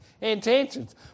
intentions